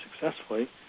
successfully